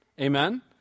Amen